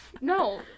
No